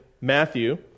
Matthew